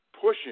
pushing